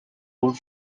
ruled